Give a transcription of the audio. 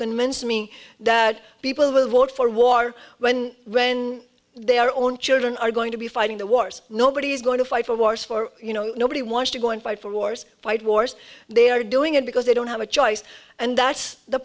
convince me that people will vote for war when when they are own children are going to be fighting the wars nobody is going to fight for wars for you know nobody wants to go and fight for wars fight wars they are doing it because they don't have a choice and that's the